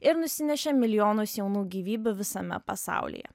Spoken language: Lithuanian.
ir nusinešė milijonus jaunų gyvybių visame pasaulyje